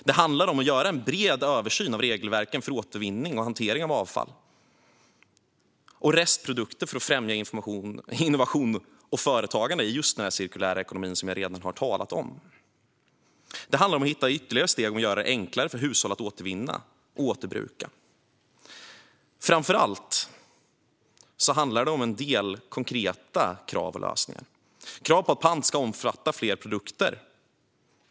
Det handlar om att göra en bred översyn av regelverken för återvinning och hantering av avfall och restprodukter för att främja innovation och företagande just i den cirkulära ekonomin, som jag redan har talat om. Det handlar om att hitta ytterligare steg och göra det enklare för hushåll att återvinna och återbruka. Framför allt handlar det om en del konkreta krav och lösningar. Det handlar om krav på att pant ska omfatta fler produkter.